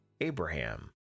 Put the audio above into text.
Abraham